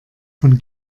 von